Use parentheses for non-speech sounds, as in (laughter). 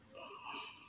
(breath)